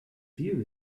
view